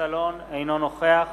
אינו נוכח